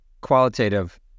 qualitative